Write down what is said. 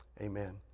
Amen